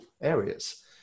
areas